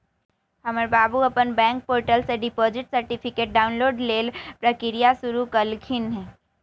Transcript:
हमर बाबू अप्पन बैंक पोर्टल से डिपॉजिट सर्टिफिकेट डाउनलोड लेल प्रक्रिया शुरु कलखिन्ह